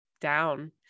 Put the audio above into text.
down